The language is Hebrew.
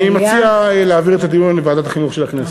אני מציע להעביר את הדיון לוועדת החינוך של הכנסת.